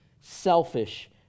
selfish